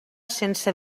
sense